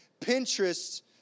Pinterest